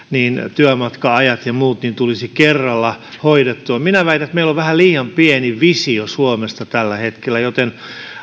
työmatka ajat ja muut tulisi kerralla hoidettua minä väitän että meillä on vähän liian pieni visio suomesta tällä hetkellä joten